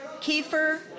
Kiefer